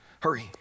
Hurry